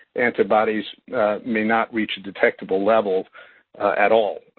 antibodies may not reach a detectable level at all.